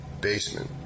basement